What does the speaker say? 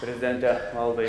prezidente valdai